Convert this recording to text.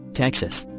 texas.